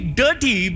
dirty